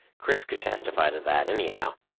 chris could testify to that, anyhow,